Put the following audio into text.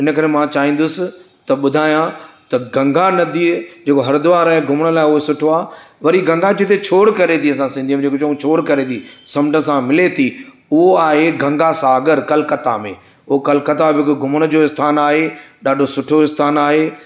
इन करे मां चाहींदुसि त ॿुधायां त गंगा नदीअ जेको हरद्वार आहे उहो सुठो आहे वरी गंगा जिते छोड़ करे थी असां सिंधी में जेको चऊं छोड़ करे थी समुंड सां मिले थी उहो आहे गंगासागर कोलकाता में उहो कोलकाता बि हिकु घुमण जो स्थानु आहे ॾाढो सुठो स्थानु आहे